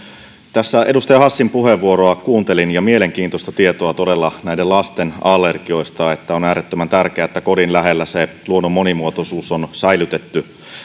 tässä edustaja hassin puheenvuoroa kuuntelin ja oli mielenkiintoista tietoa todella näistä lasten allergioista on äärettömän tärkeää että kodin lähellä se luonnon monimuotoisuus on säilytetty